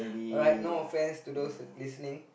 alright no offence to those listening